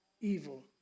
evil